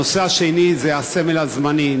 הנושא השני הוא הסמל הזמני.